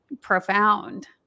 profound